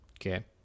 Okay